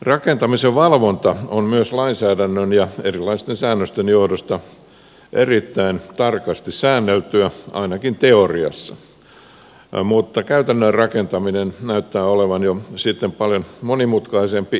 rakentamisen valvonta on myös lainsäädännön ja erilaisten säännösten johdosta erittäin tarkasti säänneltyä ainakin teoriassa mutta käytännön rakentaminen näyttää olevan jo sitten paljon monimutkaisempi ilmiö